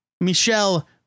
Michelle